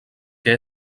que